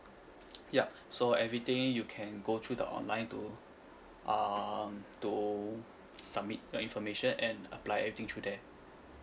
yup so everything you can go through the online to uh to submit your information and apply everything through there